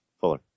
Fuller